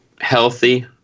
healthy